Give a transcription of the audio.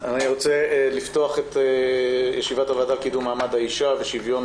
אני רוצה לפתוח את ישיבת הוועדה לקידום מעמד האישה ושוויון